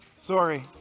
sorry